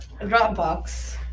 Dropbox